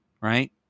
Right